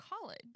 college